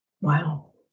Wow